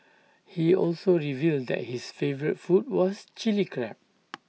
he also revealed that his favourite food was Chilli Crab